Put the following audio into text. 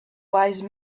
wise